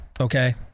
okay